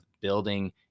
building